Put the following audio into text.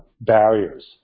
barriers